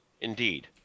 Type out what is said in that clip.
Indeed